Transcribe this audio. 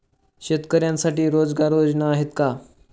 शेतकऱ्यांसाठी रोजगार योजना आहेत का?